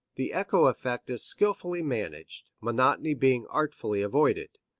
the echo effect is skilfully managed, monotony being artfully avoided.